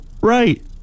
right